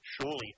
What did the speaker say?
surely